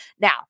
Now